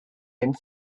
and